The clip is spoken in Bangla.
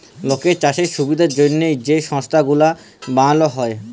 লকের চাষের সুবিধার জ্যনহে যে সংস্থা গুলা বালাল হ্যয়